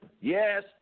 Yes